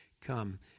come